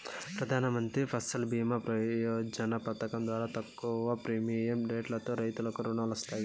ప్రధానమంత్రి ఫసల్ భీమ యోజన పథకం ద్వారా తక్కువ ప్రీమియం రెట్లతో రైతులకు రుణాలు వస్తాయి